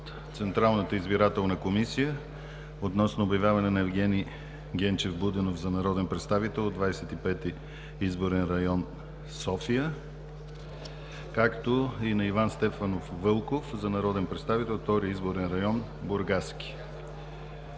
Централната избирателна комисия относно обявяване на Евгени Генчев Будинов за народен представител от Двадесет и пети изборен район – София, както и на Иван Стефанов Вълков, за народен представител от Втори изборен район – Бургаски.